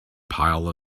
pile